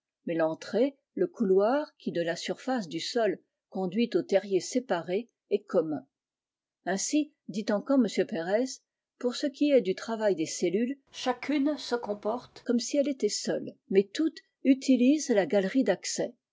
mais l'entrée le couloir qui de la surface du sol conduit aux terriers séparés est commun ainsi dit encore m ferez pour ce qui est du travail des cellules chacune se comporte comme si elle était seule mais toutes utilisent la galerie d'accès